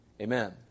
Amen